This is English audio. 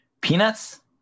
Peanuts